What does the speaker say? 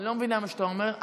אני לא מבינה מה שאתה אומר,